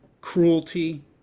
cruelty